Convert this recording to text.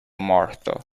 martha